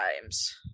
times